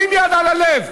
יד על הלב.